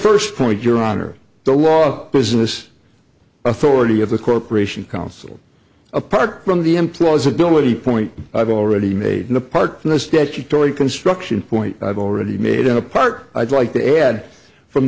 first point your honor the law business authority of the corporation council apart from the implausibility point i've already made and apart from the statutory construction point i've already made in a part i'd like to add from